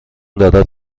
دارد